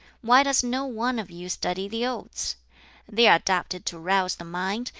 why does no one of you study the odes they are adapted to rouse the mind,